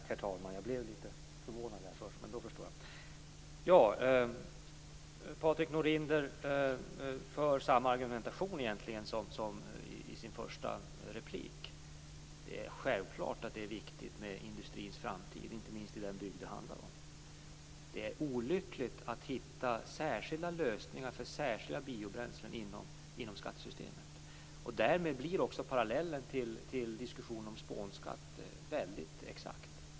Herr talman! Patrik Norinder för nu samma argumentation som i sitt första inlägg. Det är självklart att industrins framtid är viktig, inte minst i den bygd det handlar om. Det är olyckligt att hitta särskilda lösningar för särskilda biobränslen inom skattesystemet. Därmed blir också parallellen till diskussionen om spånskatt väldigt exakt.